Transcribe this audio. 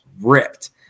ripped